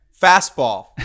Fastball